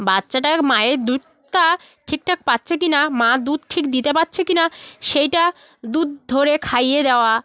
বাচ্চাটা মায়ের দুধটা ঠিকঠাক পাচ্ছে কি না মা দুধ ঠিক দিতে পারছে কি না সেইটা দুধ ধরে খাইয়ে দেওয়া